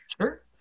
Sure